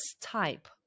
type